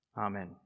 Amen